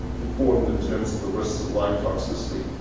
important in terms of the risks of lung toxicity.